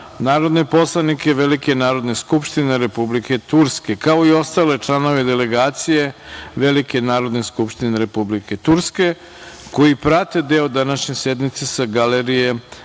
narodni poslanik i Velike narodne skupštine Republike Turske, kao i ostale članove delegacije Velike narodne skupštine Republike Turske, koji prate deo današnje sednice sa galerije